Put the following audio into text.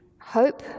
hope